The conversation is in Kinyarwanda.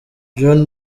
john